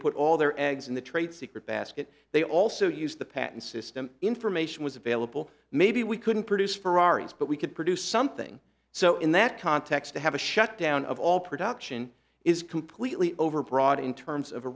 put all their eggs in the trade secret basket they also used the patent system information was available maybe we couldn't produce ferrari's but we could produce something so in that context to have a shutdown of all production is completely overbroad in terms of a